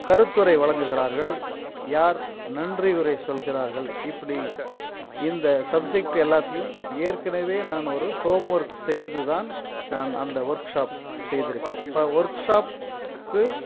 கருத்துரை வழங்குகிறார்கள் யார் நன்றி உரை சொல்கிறார்கள் இப்படி இந்த சப்ஜெக்ட் எல்லாத்தையும் ஏற்கனவே நான் ஒரு ஹோம் ஒர்க் செய்து தான் நான் அந்த ஒர்க் ஷாப் செய்து இருக்கிறேன் அப்போ ஒர்க் ஷாப்க்கு